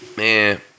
Man